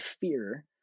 fear